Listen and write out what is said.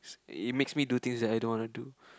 it makes me do things that I don't wanna do